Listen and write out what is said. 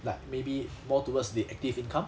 like maybe more towards the active income